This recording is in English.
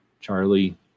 charlie